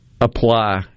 apply